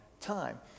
time